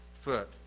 foot